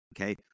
Okay